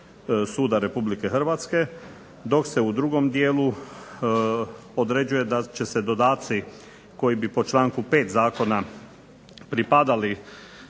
suda RH dok se u drugom dijelu određuje da će se dodaci koji bi po članku 5. Zakona pripadali